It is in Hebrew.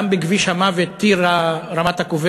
גם בכביש המוות טירה רמת-הכובש,